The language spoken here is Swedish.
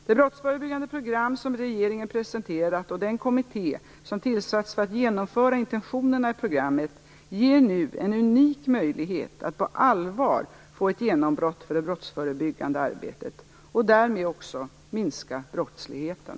Det brottsförebyggande program som regeringen presenterat och den kommitté som tillsatts för att genomföra intentionerna i programmet ger nu en unik möjlighet att på allvar få ett genombrott för det brottsförebyggande arbetet, och därmed också minska brottsligheten.